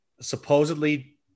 Supposedly